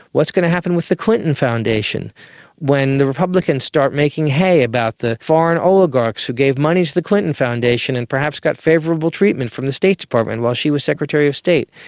what's going to happen with the clinton foundation when the republicans start making hay about the foreign oligarchs who gave money to the clinton foundation and perhaps got favourable treatment from the state department while she was secretary of state.